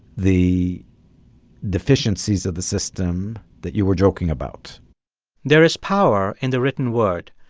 the deficiencies of the system that you were joking about there is power in the written word.